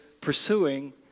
pursuing